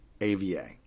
AVA